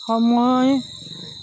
সময়